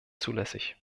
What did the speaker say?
zulässig